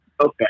Okay